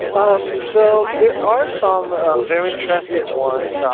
um so there are some ah very interesting ones. um